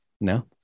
No